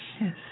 Yes